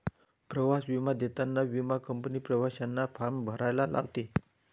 प्रवास विमा देताना विमा कंपनी प्रवाशांना फॉर्म भरायला लावते